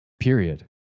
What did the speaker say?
period